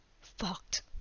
fucked